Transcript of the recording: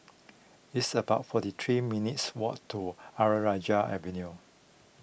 it's about forty three minutes' walk to Ayer Rajah Avenue